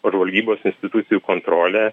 o žvalgybos institucijų kontrolė